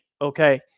okay